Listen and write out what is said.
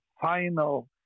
final